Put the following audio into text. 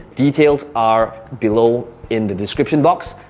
details are below in the description box.